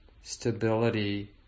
stability